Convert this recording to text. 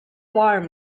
var